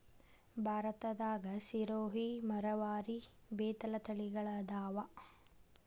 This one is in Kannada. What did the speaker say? ಭಾರತದಾಗ ಸಿರೋಹಿ, ಮರವಾರಿ, ಬೇತಲ ತಳಿಗಳ ಅದಾವ